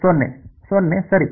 0 ಸರಿ